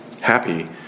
Happy